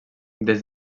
des